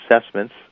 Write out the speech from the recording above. assessments